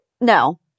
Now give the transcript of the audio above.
no